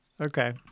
Okay